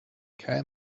kerl